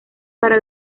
para